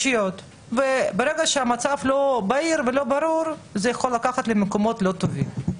ברגע שהמצב לא ברור זה יכול לקחת למקומות לא טובים.